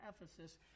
Ephesus